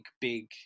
big